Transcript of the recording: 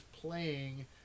playing